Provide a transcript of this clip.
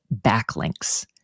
backlinks